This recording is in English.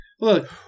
look